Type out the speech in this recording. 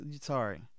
Sorry